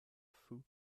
food